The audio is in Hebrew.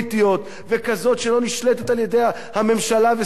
וכזאת שלא נשלטת על-ידי הממשלה ושרי הממשלה,